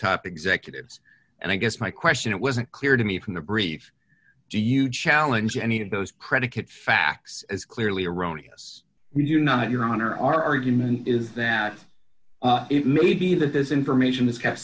top executives and i guess my question it wasn't clear to me from the brief do huge challenge any of those predicate facts is clearly erroneous you do not your honor our argument is that it may be that this information is kept